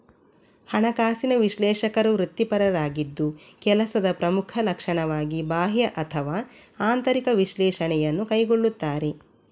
ಹಣಕಾಸಿನ ವಿಶ್ಲೇಷಕರು ವೃತ್ತಿಪರರಾಗಿದ್ದು ಕೆಲಸದ ಪ್ರಮುಖ ಲಕ್ಷಣವಾಗಿ ಬಾಹ್ಯ ಅಥವಾ ಆಂತರಿಕ ವಿಶ್ಲೇಷಣೆಯನ್ನು ಕೈಗೊಳ್ಳುತ್ತಾರೆ